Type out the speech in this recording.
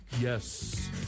Yes